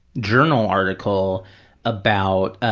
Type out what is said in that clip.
journal article about